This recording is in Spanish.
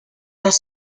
los